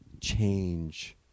change